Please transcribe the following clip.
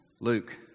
Luke